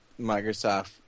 Microsoft